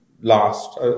last